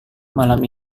malam